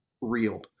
real